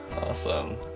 awesome